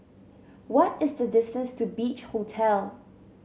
what is the distance to Beach Hotel